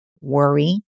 worry